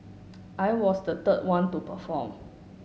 I was the third one to perform